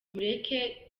mureke